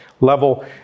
level